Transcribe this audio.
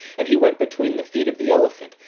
and he went between the feet of the elephant,